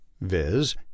viz